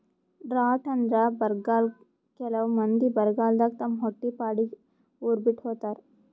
drought ಅಂದ್ರ ಬರ್ಗಾಲ್ ಕೆಲವ್ ಮಂದಿ ಬರಗಾಲದಾಗ್ ತಮ್ ಹೊಟ್ಟಿಪಾಡಿಗ್ ಉರ್ ಬಿಟ್ಟ್ ಹೋತಾರ್